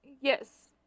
Yes